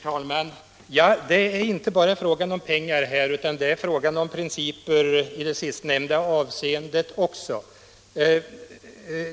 Herr talman! Det är inte bara fråga om pengar utan också om principer, även i det sistnämnda avseendet.